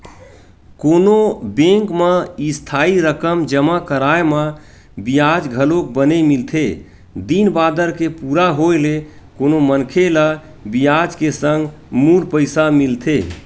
कोनो बेंक म इस्थाई रकम जमा कराय म बियाज घलोक बने मिलथे दिन बादर के पूरा होय ले कोनो मनखे ल बियाज के संग मूल पइसा मिलथे